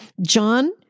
John